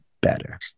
better